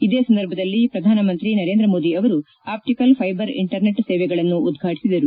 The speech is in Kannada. ಇದೇ ಸಂದರ್ಭದಲ್ಲಿ ಪ್ರಧಾನಮಂತ್ರಿ ನರೇಂದ್ರ ಮೋದಿ ಅವರು ಆಷ್ಲಿಕಲ್ ಫೈಬರ್ ಇಂಟರ್ನೆಟ್ ಸೇವೆಗಳನ್ನು ಉದ್ವಾಟಿಸಿದರು